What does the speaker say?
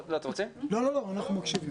אנחנו מקשיבים.